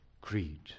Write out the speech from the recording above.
creed